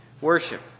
worship